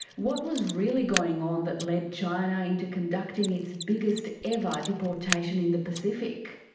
what was really going on that led china into conducting its biggest ever deportation in the pacific?